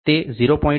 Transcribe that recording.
તે 00 000 છે